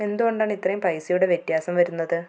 എന്തുകൊണ്ടാണ് ഇത്രയും പൈസയുടെ വ്യത്യാസം വരുന്നത്